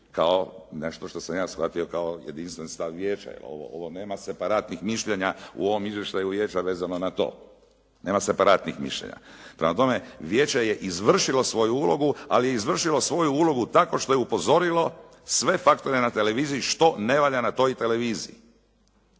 kao nešto što sam ja shvatio kao jedinstven stav vijeća, jer ovo nema separatnih mišljenja u ovom izvještaju vijeća vezano na to. Nema separatnih mišljenja. Prema tome vijeće je izvršilo svoju ulogu, ali je izvršilo svoju ulogu tako što je upozorilo sve faktore na televiziji što ne valja na toj televiziji.